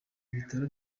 bitaro